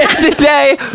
today